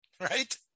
right